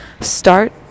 Start